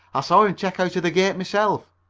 i saw him check out of the gate myself.